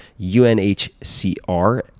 UNHCR